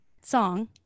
song